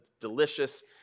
delicious